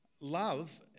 Love